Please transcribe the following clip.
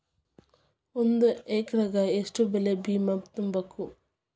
ಒಂದ್ ಎಕ್ರೆಗ ಯೆಷ್ಟ್ ಬೆಳೆ ಬಿಮಾ ತುಂಬುಕು?